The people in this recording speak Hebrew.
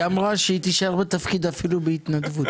היא אמרה שהיא תישאר בתפקיד אפילו בהתנדבות.